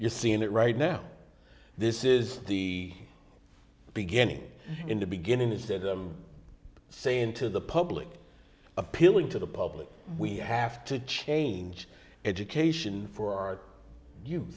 you're seeing it right now this is the beginning in the beginning is that i'm saying to the public appealing to the public we have to change education for ou